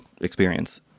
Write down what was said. experience